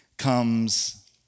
comes